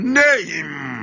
name